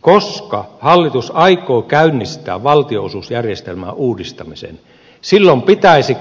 koska hallitus aikoo käynnistää valtionosuusjärjestelmän uudistamisen silloin pitäisi